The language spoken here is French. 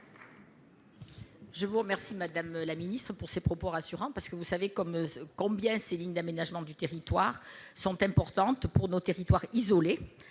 Je vous remercie, madame la ministre, pour ces propos rassurants. Vous savez combien ces lignes d'aménagement du territoire sont importantes pour nos territoires isolés,